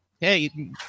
hey